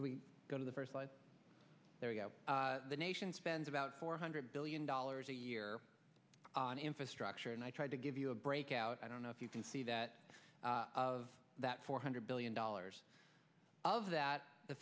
so we go to the first line the nation spends about four hundred billion dollars a year on infrastructure and i tried to give you a breakout i don't know if you can see that of that four hundred billion dollars of that the